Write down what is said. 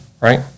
right